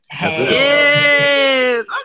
Yes